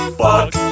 fuck